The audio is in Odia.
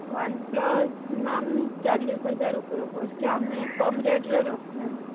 ୱାନ୍ ପ୍ଲସ୍ ମ୍ୟାମ୍ ଚାଲିଶ ହଜାର ଉପରକୁ ଆସୁଛି ଆମେ କମ ରେଟ୍ରେ ରଖୁନାହୁଁ